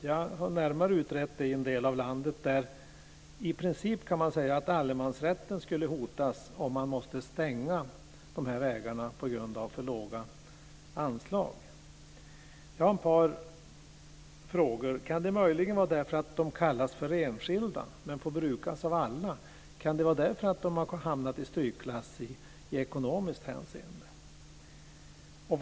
Jag har närmare utrett detta i en del av landet där allemansrätten i princip skulle hotas om man måste stänga vägarna på grund av för låga anslag. Jag har ett par frågor. Kan detta möjligen bero på att vägarna kallas för enskilda, men får brukas av alla? Kan det vara därför de har hamnat i strykklass i ekonomiskt hänseende?